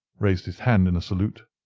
raised his hand in a salute,